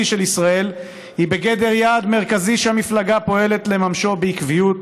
של ישראל היא בגדר יעד מרכזי שהמפלגה פועלת לממשו בעקביות,